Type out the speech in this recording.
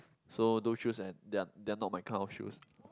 so those shoes and they're they're not my kind of shoes